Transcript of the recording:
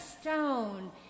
stone